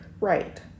right